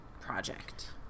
project